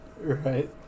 Right